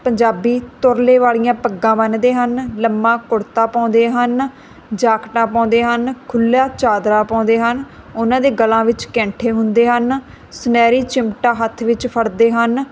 ਪੰਜਾਬੀ ਤੁਰਲੇ ਵਾਲੀਆਂ ਪੱਗਾਂ ਬੰਨਦੇ ਹਨ ਲੰਮਾ ਕੁੜਤਾ ਪਾਉਂਦੇ ਹਨ ਜਾਕਟਾਂ ਪਾਉਂਦੇ ਹਨ ਖੁੱਲ੍ਹਾ ਚਾਦਰਾ ਪਾਉਂਦੇ ਹਨ ਉਹਨਾਂ ਦੇ ਗਲਾਂ ਵਿੱਚ ਕੈਂਠੇ ਹੁੰਦੇ ਹਨ ਸੁਨਹਿਰੀ ਚਿਮਟਾ ਹੱਥ ਵਿੱਚ ਫੜਦੇ ਹਨ